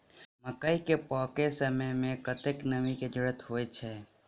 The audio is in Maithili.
मकई केँ पकै समय मे कतेक नमी केँ जरूरत होइ छै?